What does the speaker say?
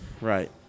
Right